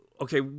okay